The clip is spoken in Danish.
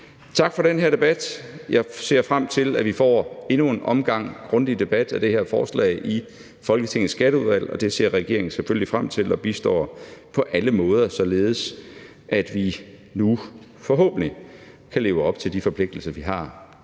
Tak for den her debat. Jeg ser frem til, at vi får endnu en omgang grundig debat om det her forslag i Folketingets Skatteudvalg, og det ser regeringen selvfølgelig frem til. Og vi bistår på alle måder, således at vi nu, forhåbentlig, kan leve op til de forpligtelser, vi har